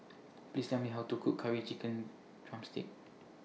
Please Tell Me How to Cook Curry Chicken Drumstick